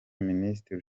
ministiri